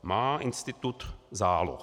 Má institut záloh.